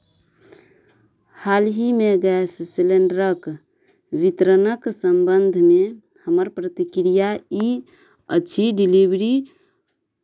हालहिमे गैस सिलिण्डरक वितरणक सम्बन्धमे हमर प्रतिक्रिया ई अछि डिलीवरी